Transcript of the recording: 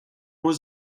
was